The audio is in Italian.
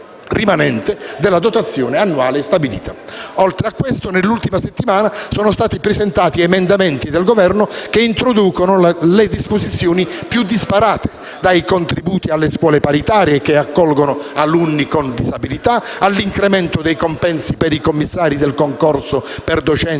Oltre a questo, nell'ultima settimana sono stati presentati emendamenti dal Governo che introducono le disposizioni più disparate: dai contributi alle scuole paritarie che accolgono alunni con disabilità, all'incremento dei compensi per i commissari del concorso per docenti recentemente